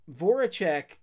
Voracek